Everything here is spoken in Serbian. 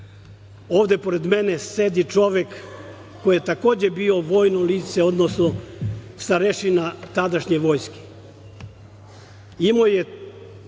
Ovde pored mene sedi čovek koji je, takođe, bio vojno lice, odnosno starešina tadašnje vojske. Imao je